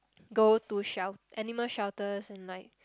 go to shel~ animal shelters and like